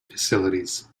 facilities